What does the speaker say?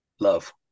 Love